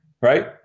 Right